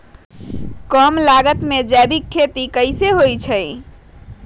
कम लागत में जैविक खेती कैसे हुआ लाई?